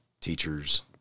teachers